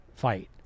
Fight